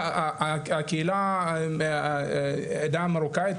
העדה המרוקאית,